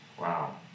Wow